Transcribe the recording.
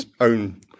own